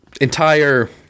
entire